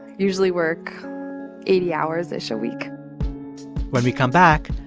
usually work eighty hours-ish a week when we come back,